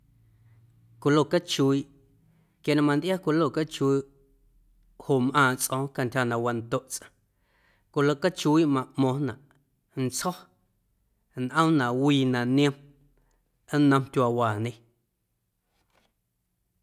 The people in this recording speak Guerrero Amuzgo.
Colo cachuiiꞌ, quia na mantꞌia colo cachuiiꞌ joꞌ mꞌaaⁿꞌ tsꞌo̱o̱ⁿ cantyja na wandoꞌ tsꞌaⁿ, colo cachuiiꞌ maꞌmo̱ⁿnaꞌ nntsjo̱, nꞌoom na wii na niom nnom tyuaawaañe.